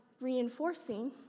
reinforcing